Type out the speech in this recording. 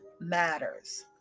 matters